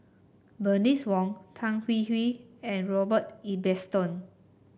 B ernice Wong Tan Hwee Hwee and Robert Ibbetson